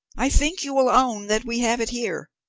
i think you will own that we have it here.